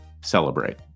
celebrate